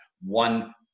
one